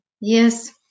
yes